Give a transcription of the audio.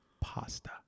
pasta